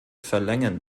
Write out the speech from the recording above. verlängern